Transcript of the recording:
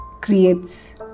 creates